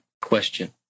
question